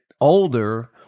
older